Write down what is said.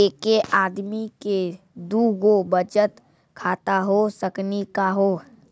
एके आदमी के दू गो बचत खाता हो सकनी का हो?